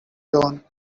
zone